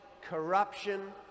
corruption